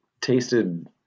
tasted